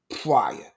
prior